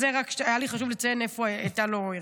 אז רק היה לי חשוב לציין איפה הייתה לו ירידה.